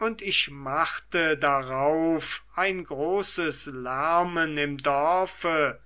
und ich machte darauf ein großes lärmen im dorfe